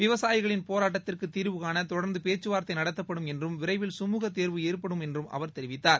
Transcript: விவசாயிகளின் போராட்டத்திற்கு தீர்வு காண தொடர்ந்து பேச்சு வார்த்தை நடத்தப்படும் என்றும் விரைவில் சுமூகத் தீர்வு ஏற்படும் என்றும் அவர் தெரிவித்தார்